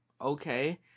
Okay